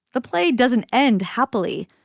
the play doesn't end happily.